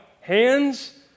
Hands